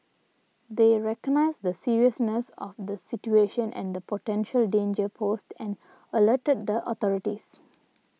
they recognised the seriousness of the situation and the potential danger posed and alerted the authorities